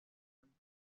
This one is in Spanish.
alemán